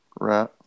Right